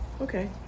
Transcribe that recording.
Okay